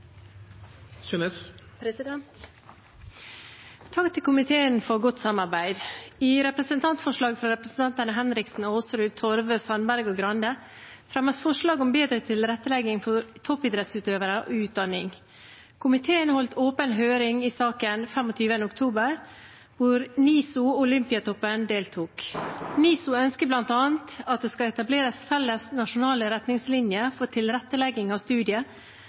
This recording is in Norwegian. Takk til komiteen for godt samarbeid. I representantforslaget fra representantene Henriksen, Aasrud, Torve, Sandberg og Grande fremmes forslag om bedre tilrettelegging for toppidrettsutøvere og utdanning. Komiteen holdt åpen høring i saken den 25. oktober, hvor NISO og Olympiatoppen deltok. NISO ønsker bl.a. at det skal etableres felles nasjonale retningslinjer for tilrettelegging av studiet,